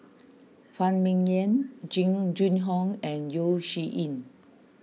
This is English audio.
Phan Ming Yen Jing Jun Hong and Yeo Shih Yun